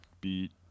beat